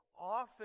often